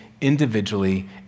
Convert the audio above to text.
individually